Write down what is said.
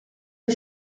are